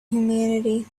humanity